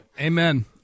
amen